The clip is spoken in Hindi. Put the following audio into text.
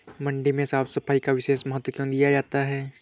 मंडी में साफ सफाई का विशेष महत्व क्यो दिया जाता है?